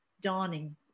dawning